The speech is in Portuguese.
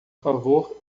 favor